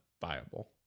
viable